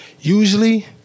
usually